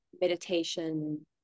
Meditation